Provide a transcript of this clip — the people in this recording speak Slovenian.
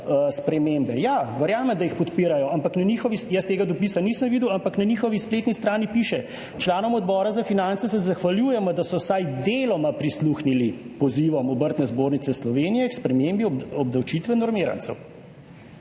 spremembe. Ja, verjamem, da jih podpirajo, ampak na njihovi, jaz tega dopisa nisem videl, ampak na njihovi spletni strani piše, članom Odbora za finance se zahvaljujemo, da so vsaj deloma prisluhnili pozivom Obrtne zbornice Slovenije k spremembi obdavčitve normirancev.